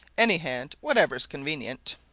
any hand, whatever's convenient.